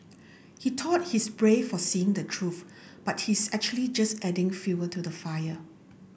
he thought he's brave for saying the truth but he's actually just adding fuel to the fire